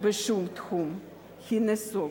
בשום תחום, היא נסוגה.